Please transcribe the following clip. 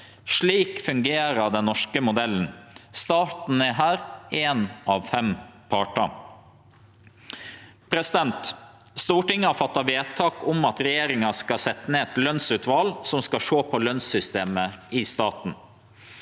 Slik fungerer den norske modellen. Staten er her ein av fem partar. Stortinget har fatta vedtak om at regjeringa skal setje ned eit lønsutval som skal sjå på lønssystemet i staten.